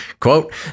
Quote